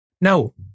No